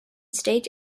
stage